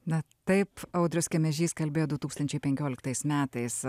na taip audrius kemežys kalbėjo du tūkstančiai penkioliktais metais